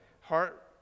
heart